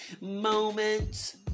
moment